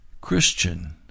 Christian